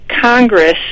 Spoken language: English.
Congress